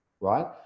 right